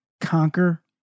conquer